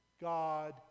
God